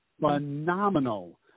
Phenomenal